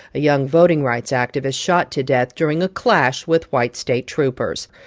a young voting rights activist shot to death during a clash with white state troopers.